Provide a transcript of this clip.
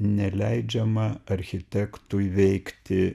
neleidžiama architektui veikti